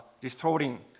destroying